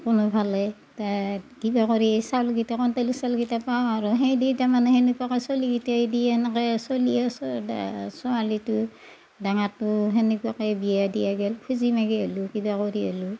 কোনো ফালে এতিয়া কিবা কৰি চাউল কেইটামান কণ্ট্ৰলৰ চাউলকেইটা পাওঁ আৰু সেই দি তাৰমানে সেনেকুৱাকে চলি কেইটাই দি এনেকৈ চলি আছোঁ আৰু ছোৱালীটো ডাঙৰটো সেনেকুৱাকে বিয়া দিয়া গেল খুজি মাগি হ'লেও কিবা কৰি হ'লেও